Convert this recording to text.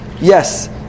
Yes